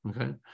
okay